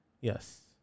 Yes